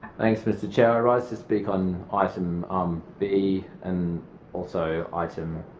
thanks, mr chair. i rise to speak on item b and also item